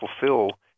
fulfill